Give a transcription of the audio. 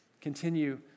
continue